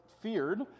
feared